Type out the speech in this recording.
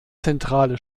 zentrale